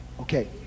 Okay